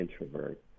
introvert